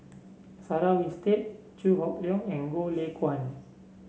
Sarah Winstedt Chew Hock Leong and Goh Lay Kuan